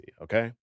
okay